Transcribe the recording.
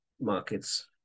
markets